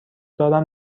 دارم